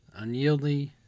unyieldly